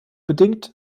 bedingt